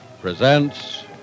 Presents